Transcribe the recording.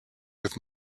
with